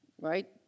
Right